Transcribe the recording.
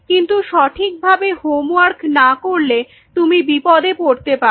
কিন্তু সঠিকভাবে হোমওয়ার্ক না করলে তুমি বিপদে পড়তে পারো